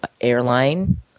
airline